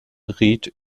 ried